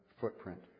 footprint